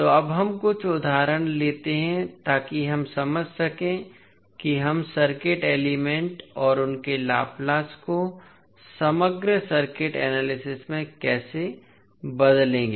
तो अब हम कुछ उदाहरण लेते हैं ताकि हम समझ सकें कि हम सर्किट एलिमेंट और उनके लाप्लास को समग्र सर्किट एनालिसिस में कैसे बदलेंगे